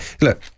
Look